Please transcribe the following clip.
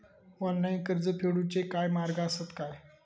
Online कर्ज फेडूचे काय मार्ग आसत काय?